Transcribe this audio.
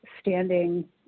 standing